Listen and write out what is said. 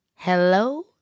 hello